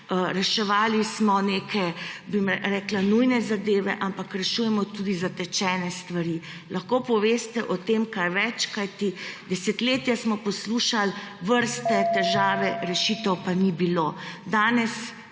reševali smo neke, bi rekla, nujne zadeve, ampak rešujemo tudi zatečene stvari. Lahko poveste o tem kaj več, kajti desetletja smo poslušali vrste, težave, rešitev pa ni bilo. Danes